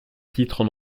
titres